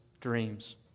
dreams